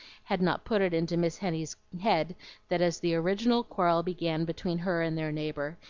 had not put it into miss henny's head that as the original quarrel began between her and their neighbor,